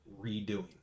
redoing